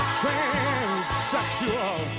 transsexual